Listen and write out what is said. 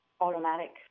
automatic